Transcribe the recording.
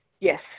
yes